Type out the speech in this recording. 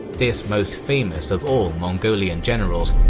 this most famous of all mongolian generals,